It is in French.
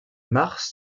mars